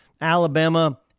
Alabama